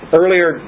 earlier